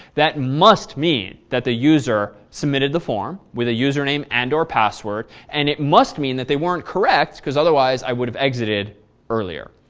that must mean that the user submitted the form with a username and or password. and it must mean that they weren't correct because otherwise, i would have exited earlier.